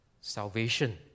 salvation